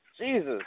Jesus